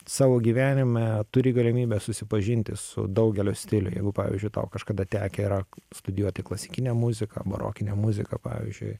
savo gyvenime turi galimybę susipažinti su daugelio stilių jeigu pavyzdžiui tau kažkada tekę yra studijuoti klasikinę muziką barokinę muziką pavyzdžiui